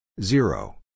Zero